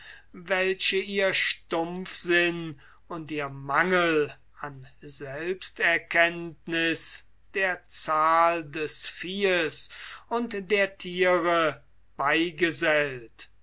welche ihr stumpfsinn und ihr mangel an selbsterkenntniß der zahl des viehes und der thiere beigesellt